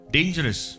Dangerous